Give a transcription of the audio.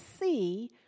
see